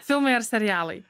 filmai ar serialai